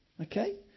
Okay